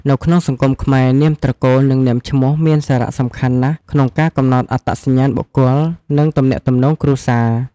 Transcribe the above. នៅក្នុងសង្គមខ្មែរ នាមត្រកូល និង នាមឈ្មោះ មានសារៈសំខាន់ណាស់ក្នុងការកំណត់អត្តសញ្ញាណបុគ្គល និង ទំនាក់ទំនងគ្រួសារ។